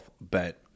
bet